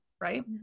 right